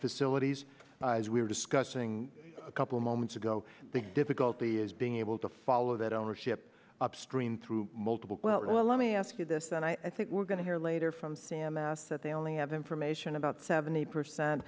facilities as we were discussing a couple moments ago the difficulty is being able to follow that ownership upstream through multiple well let me ask you this and i think we're going to hear later from sam asset they only have information about seventy percent